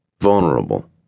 vulnerable